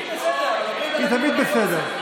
היא בסדר, היא תמיד בסדר.